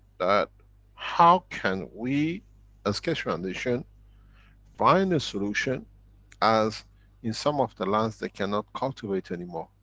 that how can we as keshe foundation find a solution as in some of the lands they cannot cultivate anymore?